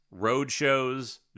roadshows